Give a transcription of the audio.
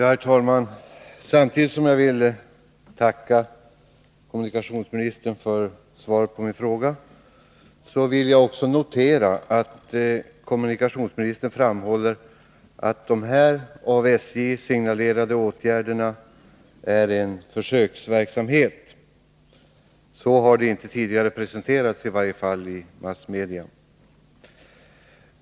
Herr talman! Samtidigt som jag tackar kommunikationsministern för svaret på min fråga noterar jag att han framhåller att de av SJ-ledningen signalerade åtgärderna är en försöksverksamhet. Så har de inte presenterats tidigare, i varje fall inte i massmedia.